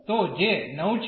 તો જે 9 છે